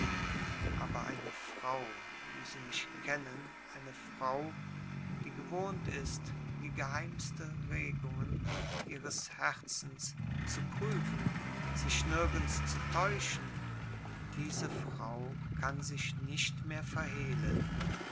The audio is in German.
aber eine frau wie sie mich kennen eine frau die gewohnt ist die geheimste regungen ihres herzens zu prüfen sich nirgends zu täuschen diese frau kann sich nicht mehr verhehlen